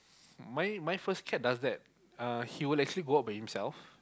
my my first cat does that uh he will actually go out by himself